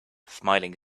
smiling